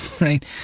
right